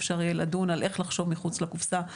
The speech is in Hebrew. אפשר יהיה לדון על איך לחשוב מחוץ לקופסה,